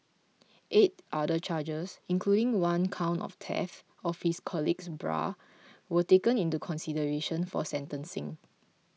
eight other charges including one count of theft of his colleague's bra were taken into consideration for sentencing